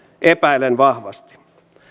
epäilen vahvasti